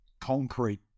concrete